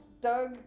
Doug